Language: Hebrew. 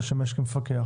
לשמש כמפקח,